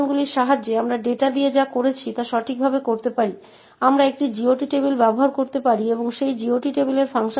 এই কোডটি আমাদের কাছে যা আছে তার সাথে খুব মিল রয়েছে